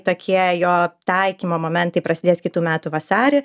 tokie jo taikymo momentai prasidės kitų metų vasarį